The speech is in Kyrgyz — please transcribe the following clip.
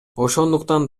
ошондуктан